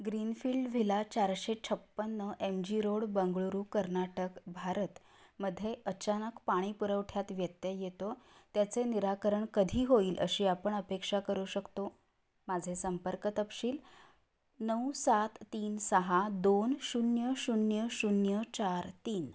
greenfield villa चारशे छप्पन्न M G road Bengaluru Karnataka Bharat मध्ये अचानक पाणीपुरवठ्यात व्यत्यय येतो त्याचे निराकरण कधी होईल अशी आपण अपेक्षा करू शकतो माझे संपर्क तपशील नऊ सात तीन सहा दोन शून्य शून्य शून्य चार तीन